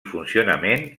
funcionament